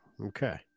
Okay